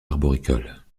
arboricoles